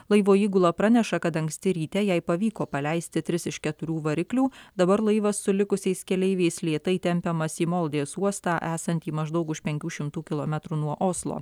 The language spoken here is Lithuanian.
laivo įgula praneša kad anksti ryte jai pavyko paleisti tris iš keturių variklių dabar laivas su likusiais keleiviais lėtai tempiamas į moldės uostą esantį maždaug už penkių šimtų kilometrų nuo oslo